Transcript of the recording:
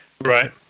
Right